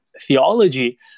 theology